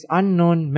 unknown